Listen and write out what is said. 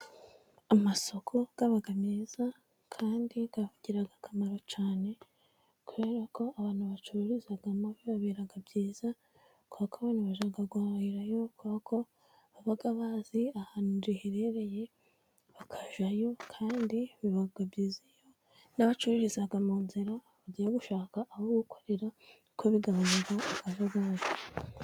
Amasoko aba meza kandi agira akamaro cyane, kubera ko abantu bacururizamo bibabera byiza, kubera ko abantu bajya guhahirayo, kuko baba bazi ahantu riherereye bakajyayo. Kandi biba byiza iyo n'abacururiza mu nzira iyo bagiye gushaka aho gukorera, kuko bigaragaza akajagari.